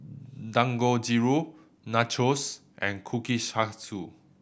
Dangojiru Nachos and Kushikatsu